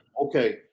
Okay